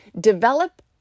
Develop